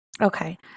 Okay